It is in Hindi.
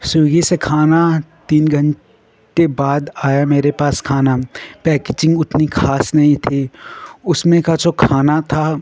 स्विगी से खाना तीन घण्टे बाद आया मेरे पास खाना पैकेजिन्ग उतनी खास नहीं थी उसमें का जो खाना था